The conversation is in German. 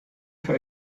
für